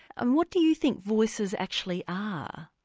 um what do you think voices actually are?